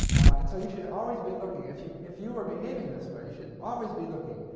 and so you should always be looking if you if you are behaving this way you should always be looking.